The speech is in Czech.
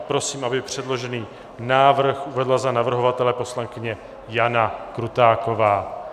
Prosím, aby předložený návrh uvedla za navrhovatele poslankyně Jana Krutáková.